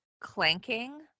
clanking